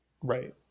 Right